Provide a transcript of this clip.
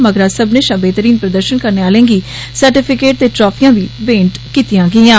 मगरा सब्मनें शा बेह्तरीन प्रदर्शन करने आहलें गी सर्टिफिकेट ते ट्राफियां बी मेंट कीतीआं गेईआं